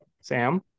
Sam